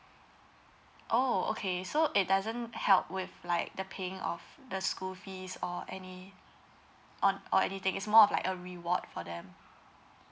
oh okay so it doesn't help with like the paying of the school fees or any on or anything is more of like a reward for them